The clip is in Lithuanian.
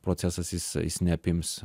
procesas jis jis neapims